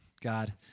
God